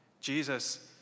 Jesus